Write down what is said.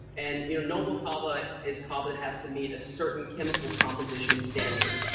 and you know noble kava is kava that has to meet a certain chemical composition standard.